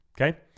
Okay